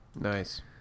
Nice